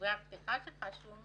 בדברי הפתיחה שלך שום